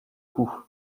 coup